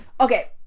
Okay